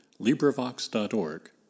LibriVox.org